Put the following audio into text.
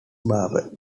barber